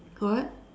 what